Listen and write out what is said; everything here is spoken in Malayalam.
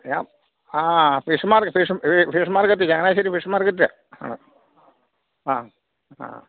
ആ fish fish fish market Changanassery fish market ആണ് ആ ആ ആ